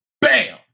Bam